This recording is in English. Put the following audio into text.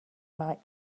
might